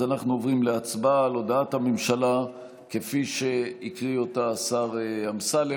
אז אנחנו עוברים להצבעה על הודעת הממשלה כפי שהקריא אותה השר אמסלם.